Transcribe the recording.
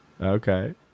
Okay